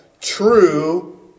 true